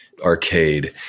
arcade